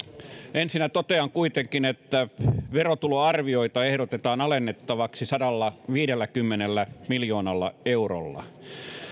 ensinnä totean kuitenkin että verotuloarvioita ehdotetaan alennettavaksi sadallaviidelläkymmenellä miljoonalla eurolla